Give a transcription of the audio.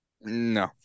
No